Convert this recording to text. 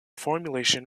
formulation